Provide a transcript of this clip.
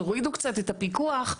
תורידו קצת את הפיקוח,